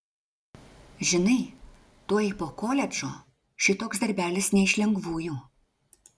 žinai tuoj po koledžo šitoks darbelis ne iš lengvųjų